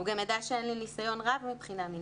הוא גם ידע שאין לי ניסיון רב מבחינה מינית.